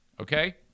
Okay